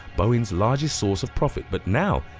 boeing's largest source of profit. but now,